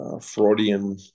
Freudian